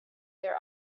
their